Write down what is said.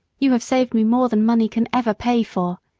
you have saved me more than money can ever pay for.